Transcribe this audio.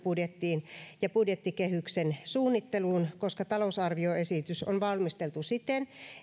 budjettiin ja budjettikehyksen suunnitteluun koska talousarvioesitys on valmisteltu siten